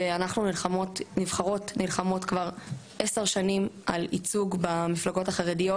ואנחנו נלחמות כבר עשר שנים על ייצוג במפלגות החרדיות.